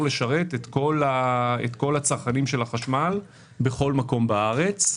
לשרת את כל צרכני החשמל בכל מקום בארץ.